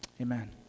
amen